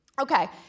Okay